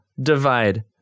divide